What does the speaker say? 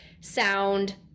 sound